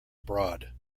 abroad